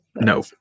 no